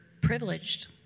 privileged